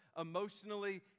emotionally